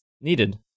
needed